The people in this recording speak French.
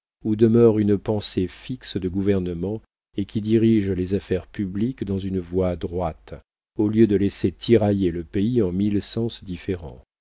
où demeure une pensée fixe de gouvernement et qui dirige les affaires publiques dans une voie droite au lieu de laisser tirailler le pays en